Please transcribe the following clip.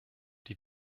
die